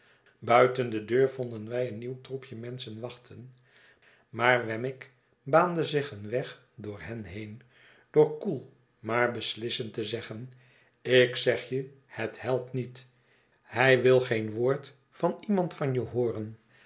buiten de deur vonden wij een nieuw troepje menschen wachten maar wemmick baande zich een weg door hen keen door koel maar beslissend te zeggen ik zeg je het helpt niet hij wil geen woord van iemand van je hooren